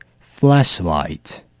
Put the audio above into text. Flashlight